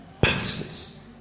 Pastors